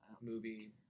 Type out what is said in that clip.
movie